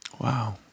Wow